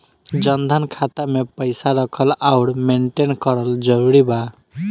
जनधन खाता मे पईसा रखल आउर मेंटेन करल जरूरी बा?